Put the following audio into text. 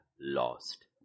lost